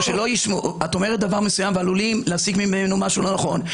את אומרת דבר מסוים ועלולים להסיק ממנו משהו לא נכון.